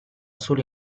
solo